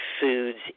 foods